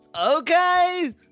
Okay